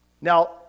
Now